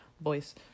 voice